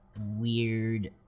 weird